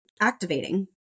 activating